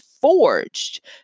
forged